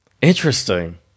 Interesting